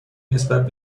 نسبت